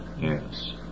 Yes